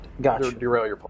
Gotcha